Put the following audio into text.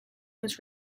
was